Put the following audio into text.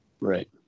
Right